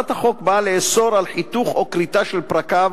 הצעת החוק באה לאסור חיתוך או כריתה של פרקיו,